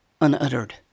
unuttered